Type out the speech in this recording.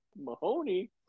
Mahoney